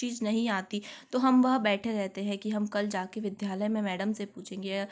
चीज नहीं आती तो हम वहा बैठे रहते हैं कि हम कल जा कर विद्यालय में मैडम से पूछेंगे या